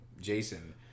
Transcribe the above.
Jason